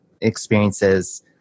experiences